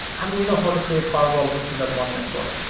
and we know how to create firewall rules in that one network.